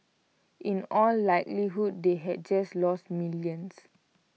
in all likelihood they had just lost millions